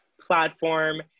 platform